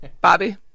Bobby